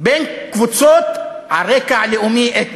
בין קבוצות על רקע אתני,